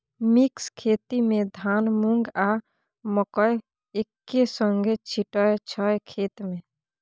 mix खेती मे धान, मुँग, आ मकय एक्के संगे छीटय छै खेत मे